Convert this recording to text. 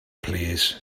plîs